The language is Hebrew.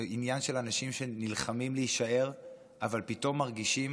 זה עניין של אנשים שנלחמים להישאר אבל פתאום מרגישים